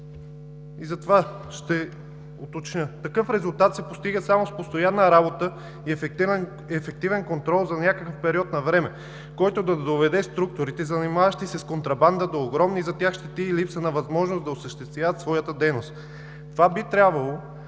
И затова ще уточня, такъв резултат се постига само с постоянна работа и ефективен контрол за някакъв период на време, който да доведе структурите занимаващи се с контрабанда, до огромни за тях щети и липса на възможност да осъществяват своята дейност. Това би трябвало